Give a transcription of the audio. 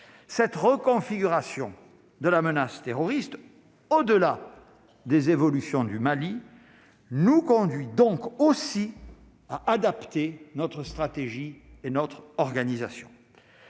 cette reconfiguration de la menace terroriste, au-delà des évolutions du Mali nous conduit donc aussi à adapter notre stratégie et notre organisation.